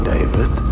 David